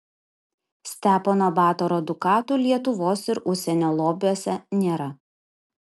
stepono batoro dukatų lietuvos ir užsienio lobiuose nėra